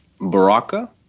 Baraka